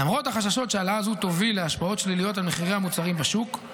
למרות החששות שהעלאה זו תוביל להשפעות שליליות על מחירי המוצרים בשוק,